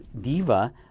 diva